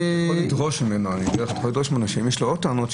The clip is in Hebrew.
אתה יכול לדרוש ממנו שאם יש לו עוד טענות,